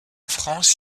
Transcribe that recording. france